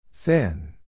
Thin